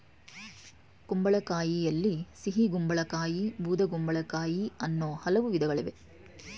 ಕುಂಬಳಕಾಯಿಯಲ್ಲಿ ಸಿಹಿಗುಂಬಳ ಕಾಯಿ ಬೂದುಗುಂಬಳಕಾಯಿ ಅನ್ನೂ ಹಲವು ವಿಧಗಳಿವೆ